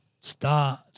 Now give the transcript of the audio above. start